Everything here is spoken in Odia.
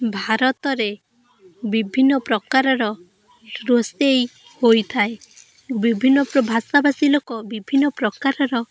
ଭାରତରେ ବିଭିନ୍ନ ପ୍ରକାରର ରୋଷେଇ ହୋଇଥାଏ ବିଭିନ୍ନ ଭାଷାଭାଷୀ ଲୋକ ବିଭିନ୍ନ ପ୍ରକାରର